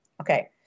Okay